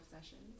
Sessions